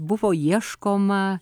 buvo ieškoma